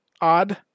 odd